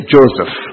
Joseph